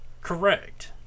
correct